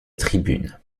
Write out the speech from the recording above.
tribune